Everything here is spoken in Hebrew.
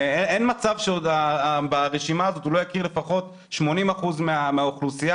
אין מצב שברשימה הזאת הוא לא יכיר לפחות 80% מהאוכלוסייה.